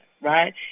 Right